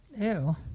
Ew